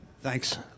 Thanks